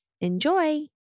Enjoy